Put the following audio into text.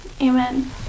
Amen